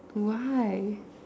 why